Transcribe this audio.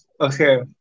Okay